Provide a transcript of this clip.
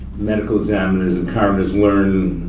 medical examiners and coroners learn